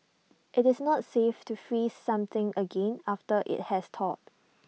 IT is not safe to freeze something again after IT has thawed